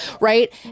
right